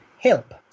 help